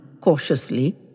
cautiously